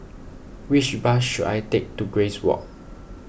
which bus should I take to Grace Walk